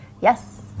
Yes